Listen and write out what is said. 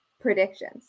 Predictions